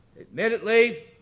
admittedly